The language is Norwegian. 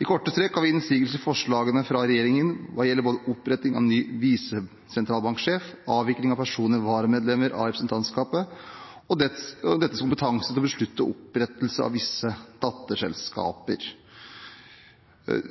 I korte trekk har vi innsigelser til forslagene fra regjeringen når det gjelder oppretting av ny visesentralbanksjef, avvikling av ordningen med personlige varamedlemmer i representantskapet og dets kompetanse til å beslutte opprettelse av visse datterselskaper. Som presidenten